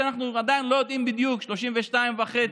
אנחנו עדיין לא יודעים בדיוק: 32.5,